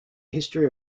history